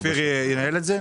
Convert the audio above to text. כפיר ינהל את זה?